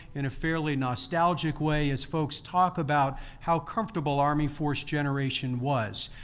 in a fairly nostalgic way, as folks talk about how comfortable army force generation was.